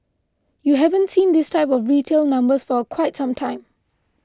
you haven't seen this type of retail numbers for quite some time